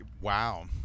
Wow